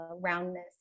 roundness